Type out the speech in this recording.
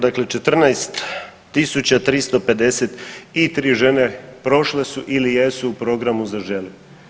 Dakle, 14 tisuća 353 žene prošle su ili jesu u programu za žene.